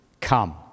come